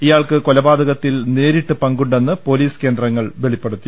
ഇയാൾക്ക് കൊല പാതകത്തിൽ നേരിട്ട് പങ്കുണ്ടെന്ന് പൊലീസ് കേന്ദ്രങ്ങൾ വെളിപ്പെടുത്തി